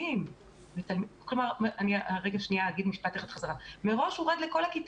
מראש הורד לכל הכיתה,